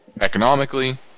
economically